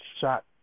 shot